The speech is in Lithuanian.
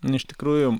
iš tikrųjų